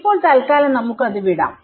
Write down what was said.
ഇപ്പോൾ തത്കാലം നമുക്ക് അത് വിടാം